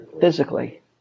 Physically